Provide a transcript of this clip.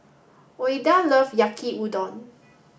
Ouida love Yaki Udon